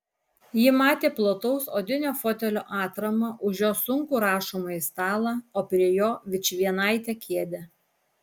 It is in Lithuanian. ji matė plataus odinio fotelio atramą už jos sunkų rašomąjį stalą o prie jo vičvienaitę kėdę